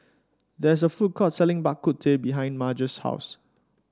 there is a food court selling Bak Kut Teh behind Marge's house